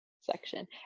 section